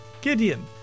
Gideon